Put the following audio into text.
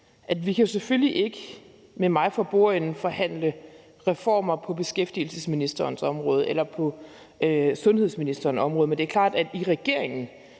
at vi selvfølgelig ikke med mig for bordenden kan forhandle reformer på beskæftigelsesministerens område eller på sundhedsministerens område, men det er klart, at i regeringen